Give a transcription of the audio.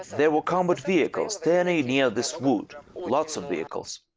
there were combat vehicles standing near this wood. lots of vehicles.